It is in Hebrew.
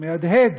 שמהדהד